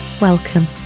Welcome